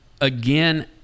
Again